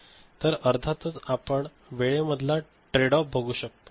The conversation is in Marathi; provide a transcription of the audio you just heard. तर अर्थातच आपण वेळेमधला ट्रेडऑफ बघू शकता